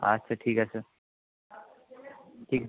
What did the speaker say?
আচ্ছা ঠিক আছে ঠিক